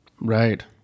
Right